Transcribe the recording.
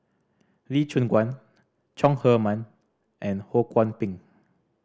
Lee Choon Guan Chong Heman and Ho Kwon Ping